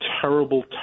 terrible